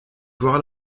voir